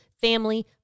family